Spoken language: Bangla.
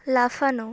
লাফানো